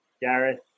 Gareth